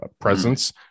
presence